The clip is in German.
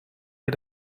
ihr